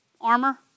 armor